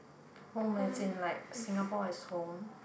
home like as in Singapore is home